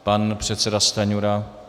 Pan předseda Stanjura.